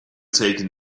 taken